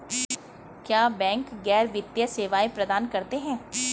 क्या बैंक गैर वित्तीय सेवाएं प्रदान करते हैं?